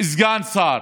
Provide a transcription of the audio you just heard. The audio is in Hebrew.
סגן שר.